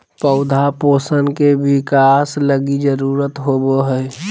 पौधा पोषण के बिकास लगी जरुरत होबो हइ